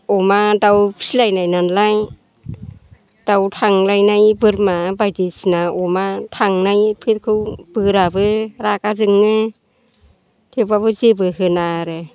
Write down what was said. अमा दाउ फिलायनाय नालाय दाउ थांलायनाय बोरमा बायदिसिना अमा थांनायफोरखौ बोराबो रागा जोङो थेवब्लाबो जेबो होना आरो